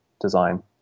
design